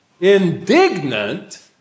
Indignant